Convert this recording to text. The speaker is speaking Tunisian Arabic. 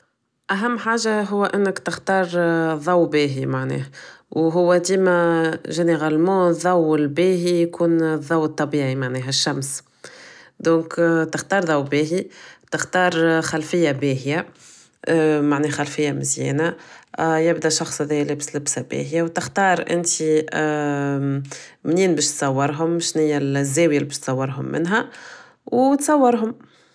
اهم حاجة هو انك تختار ضوء باهي معناه و هو ديما généralement الضوء الباهي يكون الضوء الطبيعي يعني الشمس donc تختار ضوء باهي تختار خلفية باهية معناه خلفية مزيانة يبدا الشخص هدايا لبس لبسة باهية تختار انت منين باه تصورهم شنية الزاوية اللي بش تصور منها و تصورهم